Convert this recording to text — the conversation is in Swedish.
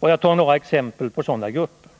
Låt mig ta några exempel på sådana grupper!